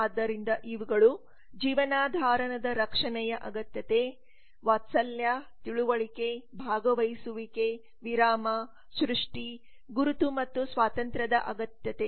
ಆದ್ದರಿಂದ ಇವುಗಳು ಜೀವನಾಧಾರದ ರಕ್ಷಣೆಯ ಅಗತ್ಯತೆ ವಾತ್ಸಲ್ಯ ತಿಳುವಳಿಕೆ ಭಾಗವಹಿಸುವಿಕೆ ವಿರಾಮ ಸೃಷ್ಟಿ ಗುರುತು ಮತ್ತು ಸ್ವಾತಂತ್ರ್ಯದ ಅಗತ್ಯತೆ